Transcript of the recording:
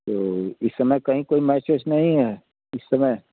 ओ इस समय कहीं कोई मैच उच नहीं है इस समय